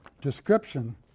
description